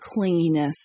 clinginess